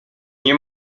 nie